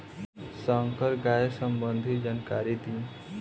संकर गाय सबंधी जानकारी दी?